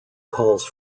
calls